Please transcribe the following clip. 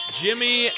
jimmy